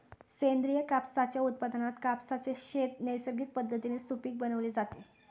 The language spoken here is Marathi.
सेंद्रिय कापसाच्या उत्पादनात कापसाचे शेत नैसर्गिक पद्धतीने सुपीक बनवले जाते